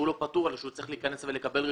לא פטור אלא שהוא צריך להיכנס ולקבל רישיון.